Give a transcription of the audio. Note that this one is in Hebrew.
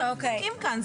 לא נבדקים כאן.